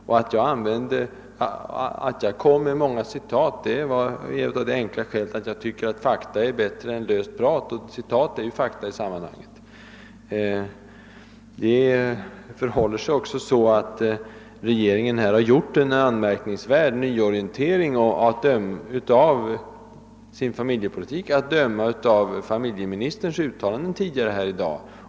Och jag kom med många citat av det enkla skälet, att jag anser att fakta är bättre än löst prat, och citat är ju fakta i detta sammanhang. regeringen har företagit en anmärkningsvärd nyorientering beträffande sin familjepolitik, att döma av familjeministerns uttalanden tidigare i dag.